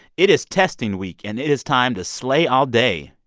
it is testing week. and it is time to slay all day.